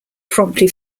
promptly